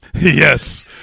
Yes